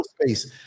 space